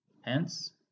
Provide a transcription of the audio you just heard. Hence